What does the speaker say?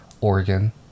Oregon